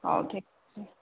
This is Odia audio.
ହଉ ଠିକ୍ ଅଛି